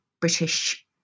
British